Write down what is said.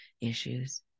issues